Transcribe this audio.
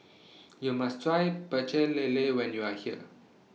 YOU must Try Pecel Lele when YOU Are here